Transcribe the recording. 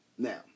Now